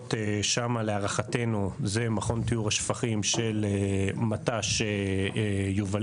המקורות שם להערכתנו זה מכון טיהור השפכים של מט"ש יובלים.